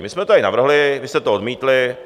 My jsme to tady navrhli, vy jste to odmítli.